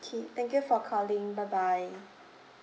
okay thank you for calling bye bye